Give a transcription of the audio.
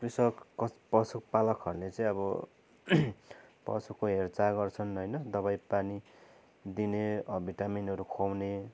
कृषक कस पशुपालकहरूले चाहिँ अब पशुको हेरचाह गर्छन् होइन दबाई पानी दिने भिटामिनहरू खुवाउने